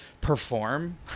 perform